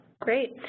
Great